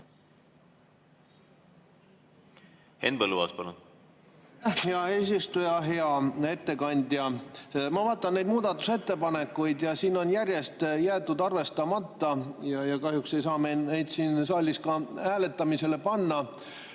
Henn Põlluaas, palun! Aitäh, hea eesistuja! Hea ettekandja! Ma vaatan neid muudatusettepanekuid, siin on järjest jäetud need arvestamata ja kahjuks ei saa me neid siin saalis ka hääletamisele panna.